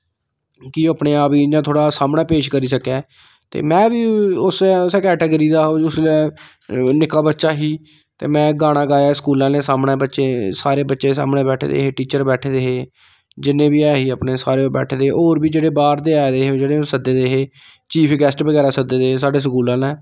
कि अपने आप गी इ'यां थोआढ़ा सामनै पेश करी सकै ते मैं बी उस्सै कैटागिरी दा उसलै निक्का बच्चा ही ते में गाना गाया स्कूल आह्लें सामनै सारे बच्चे सामनै बैठे दे हे टीचर बैठे दे हे जिन्ने बी ऐहे अपने सारे बैठे दे हे होर बी जेह्ड़े बाह्र दे आए दे हे जेह्ड़े सद्दे दे हे चीफ गैस्ट बगैरा सद्दे दे हे साढ़ै स्कूल आह्लें